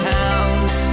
towns